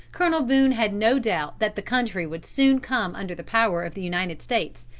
colonel boone had no doubt that the country would soon come under the power of the united states,